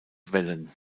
wellen